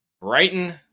Brighton